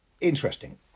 Interesting